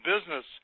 business